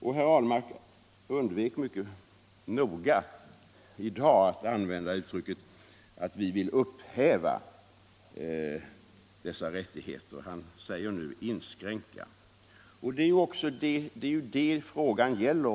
Och i dag undvek herr Ahlmark mycket noga att använda uttrycket att vi vill upphäva rättigheter — han säger nu ”inskränka”. Det är ju det frågan gäller.